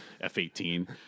F-18